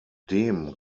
dem